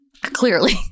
Clearly